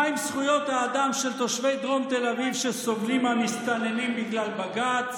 מה עם זכויות האדם של תושבי דרום תל אביב שסובלים מהמסתננים בגלל בג"ץ?